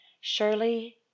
Surely